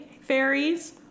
fairies